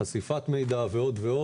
חשיפת מידע ועוד.